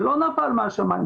זה לא נפל מהשמיים.